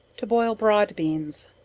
to boil broad beans.